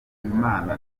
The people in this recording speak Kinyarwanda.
imana